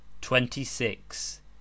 Twenty-six